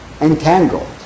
entangled